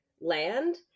land